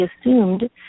assumed